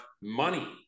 money